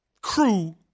crew